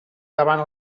davant